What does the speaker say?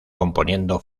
componiendo